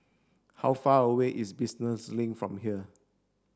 how far away is Business Link from here